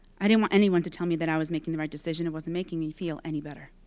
i didn't want anyone to tell me that i was making the right decision. it wasn't making me feel any better.